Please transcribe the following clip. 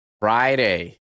Friday